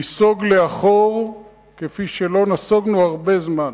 ניסוג לאחור כפי שלא נסוגונו הרבה זמן.